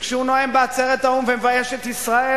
וכשהוא נואם בעצרת האו"ם ומבייש את ישראל,